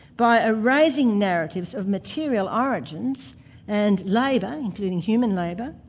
by erasing narratives of material origins and labour, including human labour,